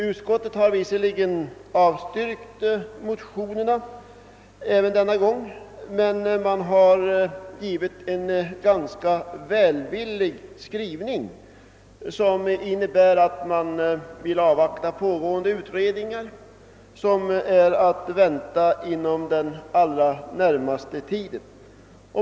Utskottet har visserligen även denna gång avstyrkt motionerna, men man har gjort en ganska välvillig skrivning och vill avvakta resultat av pågående utredningar som är att vänta inom den allra närmaste tiden.